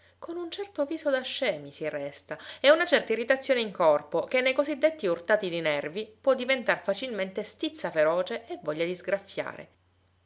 con un certo viso da scemi si resta e una certa irritazione in corpo che nei così detti urtati di nervi può diventar facilmente stizza feroce e voglia di